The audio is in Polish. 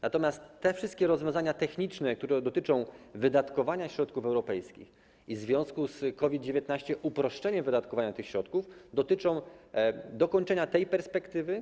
Natomiast te wszystkie rozwiązania techniczne, które dotyczą wydatkowania środków europejskich w związku z COVID-19 i uproszczenie wydatkowania tych środków dotyczą dokończenia tej perspektywy.